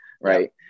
Right